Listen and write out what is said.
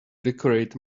decorate